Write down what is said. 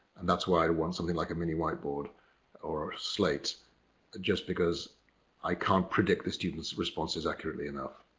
and that's why i want something like a mini whiteboard or slate just because i can't predict the students' responses accurately enough.